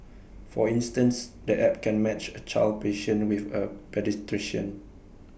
for instance the app can match A child patient with A paediatrician